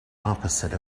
opposite